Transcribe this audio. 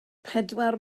pedwar